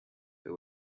but